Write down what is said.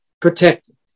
protected